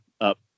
up